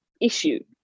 issue